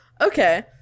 Okay